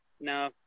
No